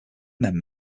men